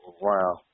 Wow